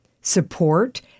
support